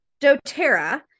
doTERRA